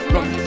Run